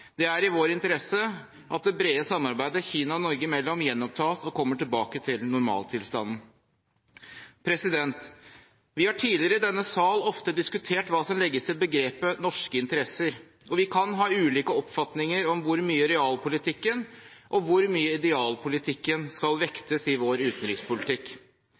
Det er i vår interesse at det brede samarbeidet Kina og Norge imellom gjenopptas og kommer tilbake til normaltilstanden. Vi har tidligere i denne sal ofte diskutert hva som legges i begrepet «norske interesser», og vi kan ha ulike oppfatninger om hvor mye realpolitikken og hvor mye idealpolitikken skal vektes i vår utenrikspolitikk.